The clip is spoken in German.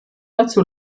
dazu